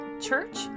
church